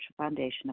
foundation